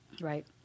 right